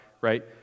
right